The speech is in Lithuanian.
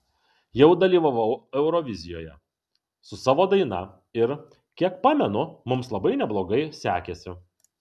jau dalyvavau eurovizijoje su savo daina ir kiek pamenu mums labai neblogai sekėsi